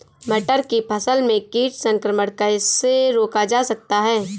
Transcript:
मटर की फसल में कीट संक्रमण कैसे रोका जा सकता है?